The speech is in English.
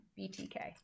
BTK